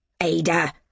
Ada